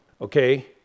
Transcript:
Okay